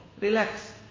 relax